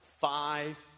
five